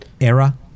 era